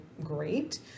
great